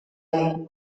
bai